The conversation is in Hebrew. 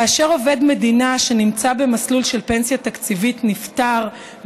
כאשר עובד מדינה שנמצא במסלול של פנסיה תקציבית נפטר,